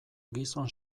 gizon